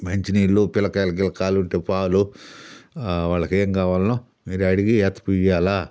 మంచినీళ్ళు పిల్లకాయలు గిల్లకాయలు ఉంటే పాలు వాళ్ళకేంగావాలనో మీరే అడిగి ఎత్తకపోయి ఇయ్యాల